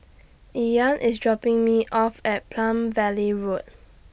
Ean IS dropping Me off At Palm Valley Road